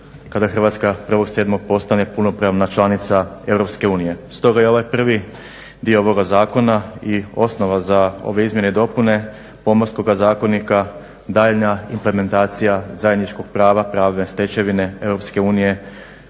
Hrvatska 1.7. postane punopravna članica EU. Stoga je i ovoj prvi dio ovog zakona i osnova za ove izmjene i dopune Pomorskoga zakonika, daljnja implementacija zajedničkog prava, pravne stečevine EU,